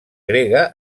grega